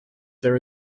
there